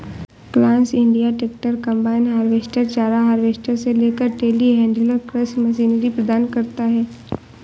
class India tractor, combine harvester, चारा harvester से लेकर टेलीहैंडलर कृषि मशीनरी प्रदान करता है